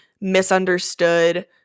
misunderstood